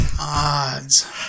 odds